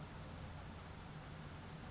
return ক্যরা মালে কিছুকে ফিরত দিয়া